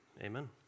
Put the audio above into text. amen